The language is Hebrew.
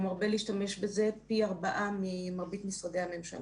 הוא מרבה להשתמש בזה פי ארבעה ממרבית משרדי הממשלה.